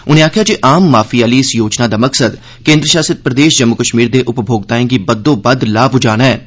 उनें आखेआ जे आम माफी आह्ली इस योजना दा मकसद केन्द्र शासित प्रदेश जम्मू कश्मीर दे उपभोक्ताएं गी बद्धोबद्ध लाह् पुजाना ऐं